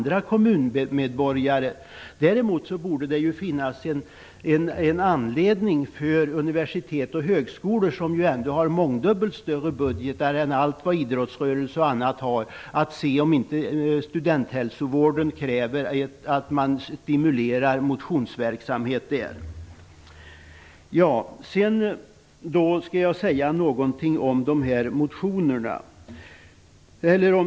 Däremot borde det finnas en anledning för universitet och högskolor, som ju ändå har mångdubbelt större budgetar än allt vad idrottsrörelser och andra har, att se om inte studenthälsovården kräver att de stimulerar motionsverksamheten. Jag skall också säga någonting om reservationerna.